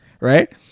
right